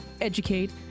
educate